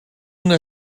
una